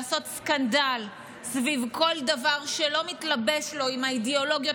לעשות סקנדל סביב כל דבר שלא מתלבש לו עם האידיאולוגיות